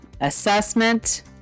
assessment